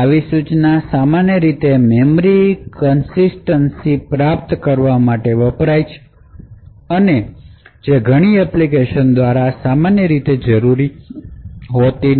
આવી સૂચના સામાન્ય રીતે મેમરી કનસિસ્ટનસી પ્રાપ્ત કરવા માટે વપરાય છે અને જે ઘણી એપ્લિકેશનો દ્વારા સામાન્ય રીતે જરૂરી નથી